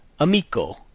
amico